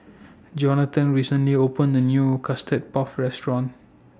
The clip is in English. Jonathan recently opened A New Custard Puff Restaurant